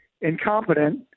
incompetent